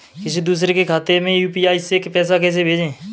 किसी दूसरे के खाते में यू.पी.आई से पैसा कैसे भेजें?